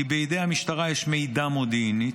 כי בידי המשטרה יש מידע מודיעיני,